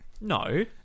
No